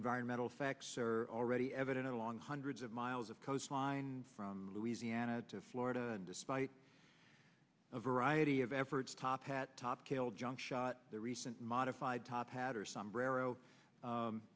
environmental effects are already evident along hundreds of miles of coastline from louisiana to florida and despite a variety of efforts top hat top kill junk shot their recent modified top